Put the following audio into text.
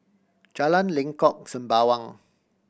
Jalan Lengkok Sembawang